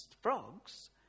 frogs